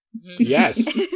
Yes